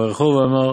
'ויברכהו ויאמר